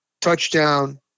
touchdown